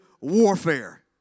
warfare